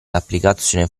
l’applicazione